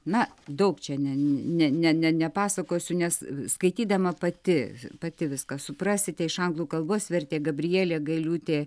na daug čia ne ne ne ne nepasakosiu nes skaitydama pati pati viską suprasite iš anglų kalbos vertė gabrielė gailiūtė